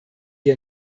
wir